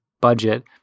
budget